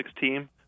team